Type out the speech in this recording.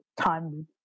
time